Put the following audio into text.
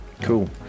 Cool